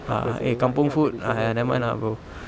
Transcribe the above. a'ah eh kampung food !aiya! nevermind lah bro